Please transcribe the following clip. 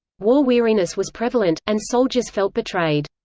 war weariness was prevalent, and soldiers felt betrayed.